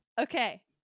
Okay